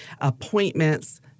appointments